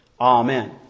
Amen